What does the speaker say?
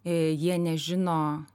jie nežino